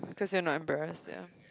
cause it not embarrassed ya